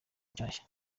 nshasha